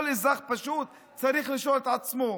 כל אזרח פשוט צריך לשאול את עצמו: